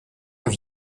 have